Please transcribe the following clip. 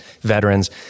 veterans